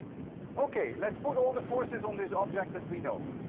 okay, let's put all the forces on this object that we know.